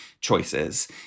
choices